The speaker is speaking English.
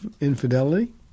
infidelity